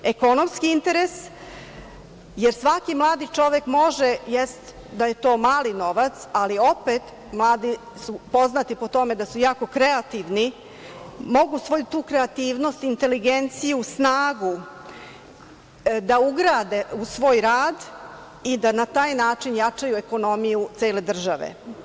Ekonomski interes, jer svaki mladi čovek može, jeste da je to mali novac, ali opet mladi su poznati po tome da su jako kreativni i mogu svoju tu kreativnost, inteligenciju, snagu da ugrade u svoj rad i da na taj način jačaju ekonomiju cele države.